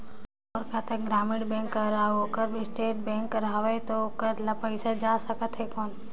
मोर खाता ग्रामीण बैंक कर अउ ओकर स्टेट बैंक कर हावेय तो ओकर ला पइसा जा सकत हे कौन?